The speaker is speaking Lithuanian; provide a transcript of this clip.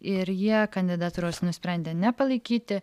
ir jie kandidatūros nusprendė nepalaikyti